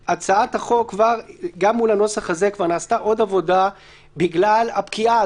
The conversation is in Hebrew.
גם מול הנוסח הזה כבר נעשתה עוד עבודה בגלל הפקיעה.